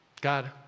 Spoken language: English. God